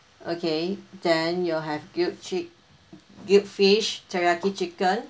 okay then you have grilled chick~ grilled fish teriyaki chicken